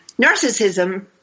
Narcissism